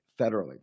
federally